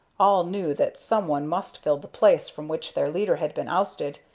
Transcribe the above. all knew that some one must fill the place from which their leader had been ousted,